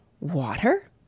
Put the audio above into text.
Water